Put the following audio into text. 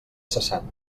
cessant